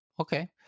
Okay